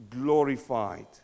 glorified